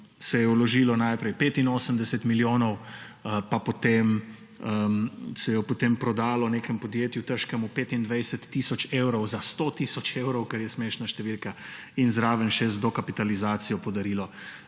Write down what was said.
se je vložilo najprej 85 milijonov, potem se jo je prodalo nekemu podjetju, težkemu 25 tisoč evrov, za 100 tisoč evrov, kar je smešna številka, in zraven še z dokapitalizacijo podarilo